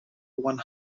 one